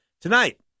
Tonight